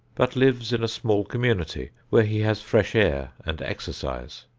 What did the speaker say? but lives in a small community where he has fresh air and exercise.